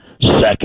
second